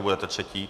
Budete třetí.